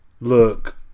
look